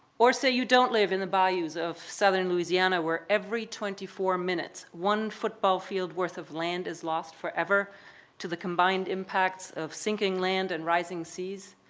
or say you don't live in the bayous of southern louisiana where every twenty four minutes, one football field worth of land is lost forever to the combined impacts of sinking land and rising seas.